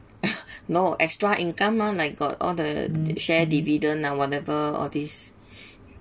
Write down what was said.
no extra income mah like got all the share dividend ah whatever all this